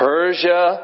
Persia